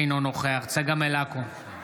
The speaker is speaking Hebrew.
אינו נוכח צגה מלקו,